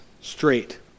straight